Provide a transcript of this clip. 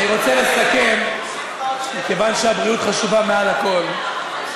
אני רוצה לסכם, מכיוון שהבריאות חשובה, מעל הכול.